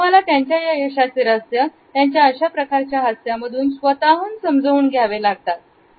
तुम्हाला त्यांच्या यशाचे रहस्य त्यांच्या अशा प्रकारच्या हास्य मधून स्वतः समजून घ्यावे लागते